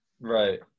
Right